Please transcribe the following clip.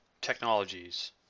technologies